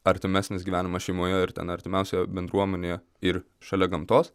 artimesnis gyvenimas šeimoje ar ten artimiausioje bendruomenėje ir šalia gamtos